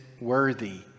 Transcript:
worthy